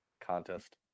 contest